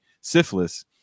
syphilis